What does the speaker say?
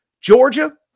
Georgia